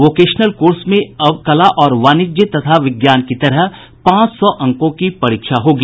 vocational course में भी अब कला वाणिज्य और विज्ञान की तरह पांच सौ अंकों की परीक्षा होगी